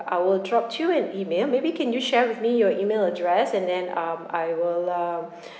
I'll drop you an email maybe can you share with me your email address and then um I'll uh